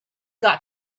got